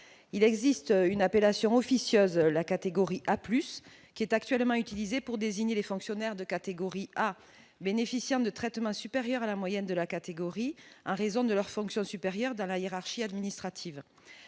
il existe une appellation officieuse, la catégorie A Plus qui est actuellement utilisé pour désigner les fonctionnaires de catégorie A, bénéficiant de traitements supérieur à la moyenne de la catégorie en raison de leur fonction supérieur dans la hiérarchie administrative